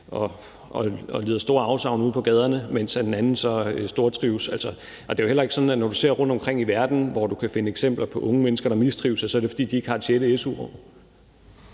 og lider store afsavn ude på gaderne, mens en anden gruppe så stortrives. Det er jo heller ikke sådan, at når du ser rundtomkring i verden, hvor du kan finde eksempler på unge mennesker, der mistrives, at det så er, fordi de ikke har et sjette